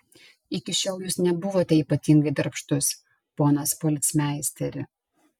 iki šiol jūs nebuvote ypatingai darbštus ponas policmeisteri